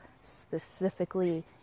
specifically